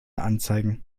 anzeigen